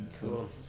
Cool